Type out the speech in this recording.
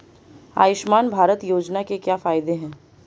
आयुष्मान भारत योजना के क्या फायदे हैं?